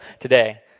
today